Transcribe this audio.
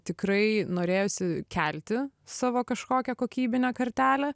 tikrai norėjosi kelti savo kažkokią kokybinę kartelę